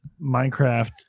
Minecraft